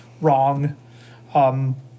wrong